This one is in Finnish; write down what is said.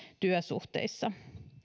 työsuhteissa